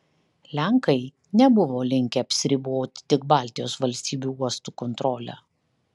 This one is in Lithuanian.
lenkai nebuvo linkę apsiriboti tik baltijos valstybių uostų kontrole